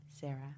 Sarah